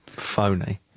phony